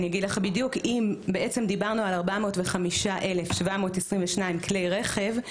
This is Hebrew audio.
אם דיברנו על 405,722 כלי רכב,